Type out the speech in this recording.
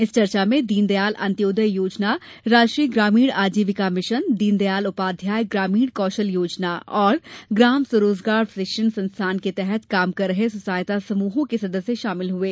इस चर्चा में दीनदयाल अंत्योदय योजना राष्ट्रीय ग्रामीण आजीविका मिशन दीनदयाल उपाध्याय ग्रामीण कौशल योजना और ग्राम स्वरोजगार प्रशिक्षण संस्थान के तहत काम कर रहे स्व सहायता समूहों के सदस्य शामिल हुये